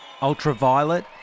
Ultraviolet